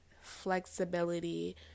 flexibility